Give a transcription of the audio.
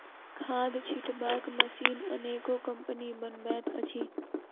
खाद छिटबाक मशीन अनेको कम्पनी बनबैत अछि